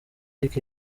lick